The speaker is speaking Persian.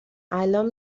الان